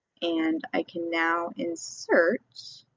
and i can now insert